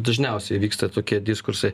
dažniausiai vyksta tokie diskursai